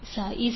4 i23